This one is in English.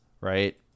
Right